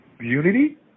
unity